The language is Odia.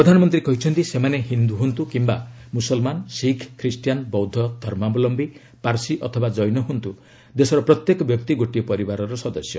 ପ୍ରଧାନମନ୍ତ୍ରୀ କହିଛନ୍ତି ସେମାନେ ହିନ୍ଦୁ ହୁଅନ୍ତୁ କିମ୍ବା ମୁସଲମାନ ଶିଖ ଖ୍ରୀଷ୍ଟିୟାନ ବୌଦ୍ଧ ଧର୍ମାବଲମ୍ଭୀ ପାର୍ସୀ ଅଥବା ଜୈନ ହୁଅନ୍ତୁ ଦେଶର ପ୍ରତ୍ୟେକ ବ୍ୟକ୍ତି ଗୋଟିଏ ପରିବାରର ସଦସ୍ୟ